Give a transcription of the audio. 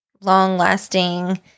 long-lasting